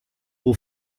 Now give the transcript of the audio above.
will